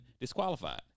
disqualified